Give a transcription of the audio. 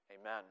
Amen